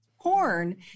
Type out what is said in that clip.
porn